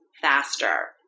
faster